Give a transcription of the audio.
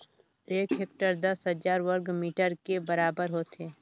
एक हेक्टेयर दस हजार वर्ग मीटर के बराबर होथे